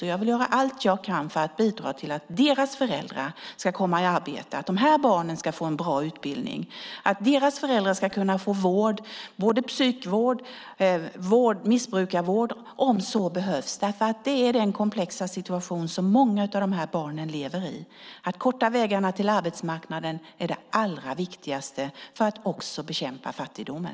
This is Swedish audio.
Jag vill göra allt jag kan för att bidra till att deras föräldrar ska komma i arbete, att dessa barn ska få en bra utbildning och att deras föräldrar ska kunna få vård, både psykvård och missbrukarvård, om så behövs därför att det är den komplexa situation som många av dessa barn lever i. Att korta vägarna till arbetsmarknaden är det allra viktigaste för att också bekämpa fattigdomen.